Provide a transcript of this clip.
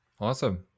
Awesome